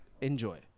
enjoy